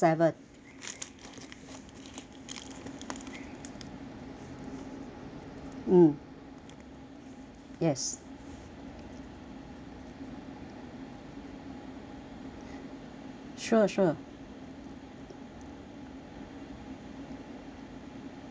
mm yes sure sure